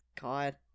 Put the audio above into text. God